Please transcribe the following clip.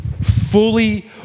fully